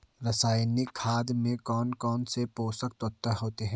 रासायनिक खाद में कौन कौन से पोषक तत्व होते हैं?